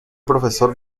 profesor